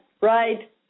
right